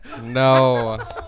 no